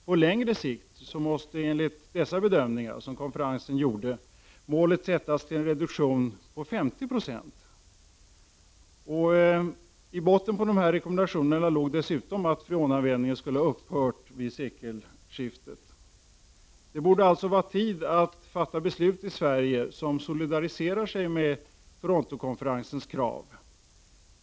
På längre sikt måste enligt de bedömningar som konferensen gjorde målet sättas till en reduktion på 50 96. I botten på dessa rekommendationer låg dessutom att freonanvändningen skulle ha upphört vid sekelskiftet. Det borde alltså vara tid att fatta beslut i Sverige som solidariserar sig med Toronto-konferensens krav.